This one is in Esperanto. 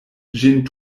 ĝin